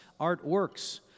Artworks